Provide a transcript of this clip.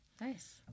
Nice